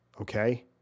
Okay